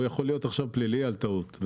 זה יכול להיות פלילי בגין טעות.